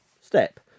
step